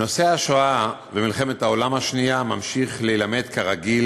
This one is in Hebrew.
נושא השואה ומלחמת העולם השנייה ממשיך להילמד כרגיל